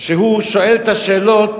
שהוא שואל את השאלות